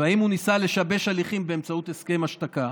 האם הוא ניסה לשבש הליכים באמצעות הסכם השתקה?